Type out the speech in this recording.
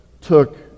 took